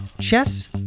Chess